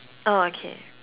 oh okay